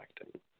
acting